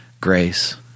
grace